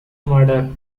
murder